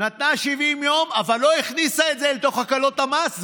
אבל לא הכניסה את זה לתוך הקלות המס.